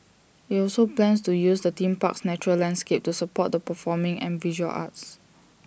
IT also plans to use the theme park's natural landscape to support the performing and visual arts